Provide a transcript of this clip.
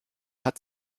hat